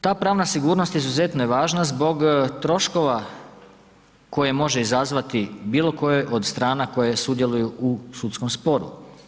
Ta pravna sigurnost izuzetno je važna zbog troškova koje može izazvati bilo koje od strana koje sudjeluju u sudskom sporu.